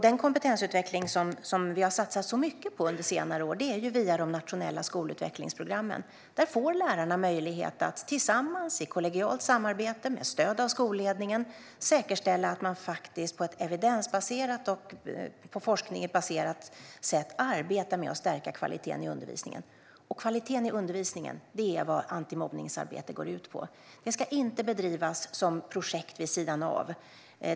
Den kompetensutveckling som vi har satsat mycket på under senare år är de nationella skolutvecklingsprogrammen. Där får lärarna möjlighet att tillsammans i kollegialt samarbete med stöd av skolledningen säkerställa att de på ett evidensbaserat och på forskningen baserat sätt arbetar med att stärka kvaliteten i undervisningen. Kvaliteten i undervisningen är vad antimobbningsarbete går ut på. Det ska inte bedrivas som projekt vid sidan av.